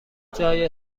جای